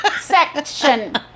section